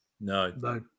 No